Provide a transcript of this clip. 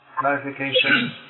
Clarification